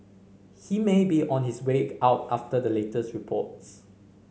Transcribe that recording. he may be on his way out after the latest reports